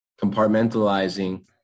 compartmentalizing